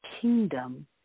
kingdom